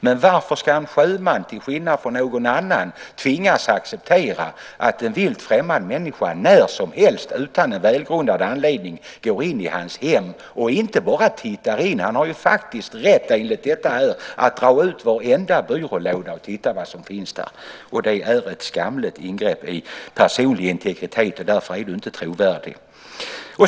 Men varför ska en sjöman, till skillnad från någon annan, tvingas acceptera att en vilt främmande människa närsomhelst, utan välgrundad anledning, går in i hans hem? Den personen tittar inte bara in - han har ju faktiskt enligt detta förslag rätt att dra ut varenda byrålåda och titta vad som finns där. Det är ett skamligt ingrepp i den personliga integriteten. Därför är du inte trovärdig.